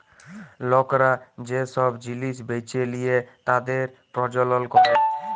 লকরা যে সব জিলিস বেঁচে লিয়ে তাদের প্রজ্বলল ক্যরে